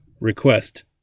Request